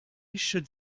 should